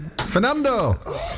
Fernando